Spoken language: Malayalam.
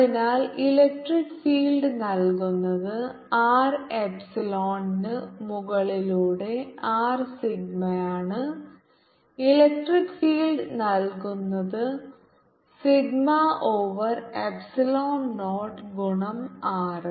അതിനാൽ ഇലക്ട്രിക് ഫീൽഡ് നൽകുന്നത് r എപ്സിലോണിന് മുകളിലൂടെ ആർ സിഗ്മയാണ് ഇലക്ട്രിക് ഫീൽഡ് നൽകുന്നത് സിഗ്മ ഓവർ എപ്സിലോൺ നോട്ട് ഗുണം r